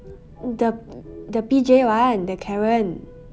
the the P J [one] the caron